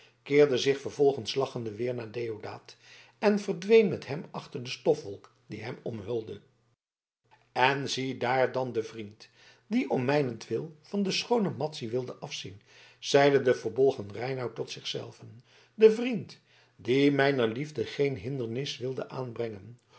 keerde zich vervolgens lachende weder naar deodaat en verdween met hem achter de stofwolk die hen omhulde en ziedaar dan den vriend die om mijnentwille van de schoone madzy wilde afzien zeide de verbolgen reinout tot zich zelven den vriend die mijner liefde geene hindernis wilde aanbrengen